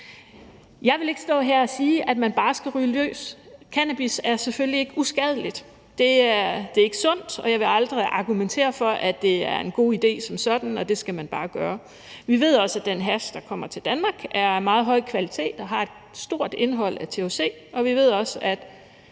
Jeg vil ikke stå her og sige, at man bare skal ryge løs. Cannabis er selvfølgelig ikke uskadeligt, det er ikke sundt, og jeg vil aldrig argumentere for, at det er en god idé som sådan, og at det skal man bare gøre. Vi ved også, at den hash, der kommer til Danmark, er af en meget høj kvalitet, og at den har et stort indhold af THC, og vi ved også, at